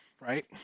right